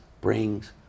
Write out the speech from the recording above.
brings